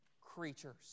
creatures